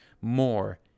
more